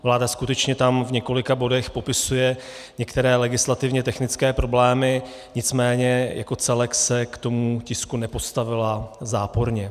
Vláda tam skutečně v několika bodech popisuje některé legislativně technické problémy, nicméně jako celek se k tomu tisku nepostavila záporně.